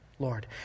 Lord